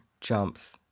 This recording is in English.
jumps